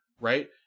right